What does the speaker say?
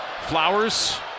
Flowers